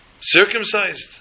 circumcised